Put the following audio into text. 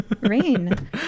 Rain